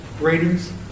ratings